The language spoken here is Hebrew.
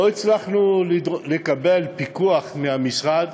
לא הצלחנו לקבל פיקוח מהמשרד